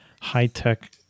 high-tech